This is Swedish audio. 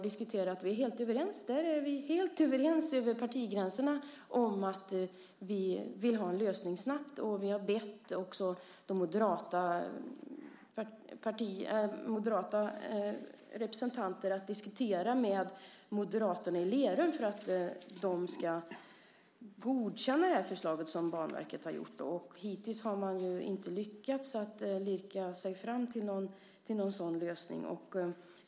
Där är vi helt överens över partigränserna om att vi vill ha en lösning snabbt. Vi har också bett moderata representanter att diskutera med moderaterna i Lerum för att de ska godkänna det förslag som Banverket har tagit fram. Hittills har man inte lyckats att lirka sig fram till någon sådan lösning.